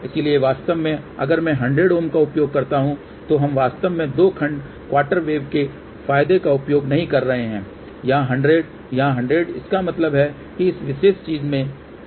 इसलिए वास्तव में अगर मैं 100 का उपयोग करता हूं तो हम वास्तव में दो खंड क्वार्टर वेव के फायदे का उपयोग नहीं कर रहे हैं यहां 100 यहां 100 इसका मतलब है कि इस विशेष चीज ने कुछ भी नहीं किया है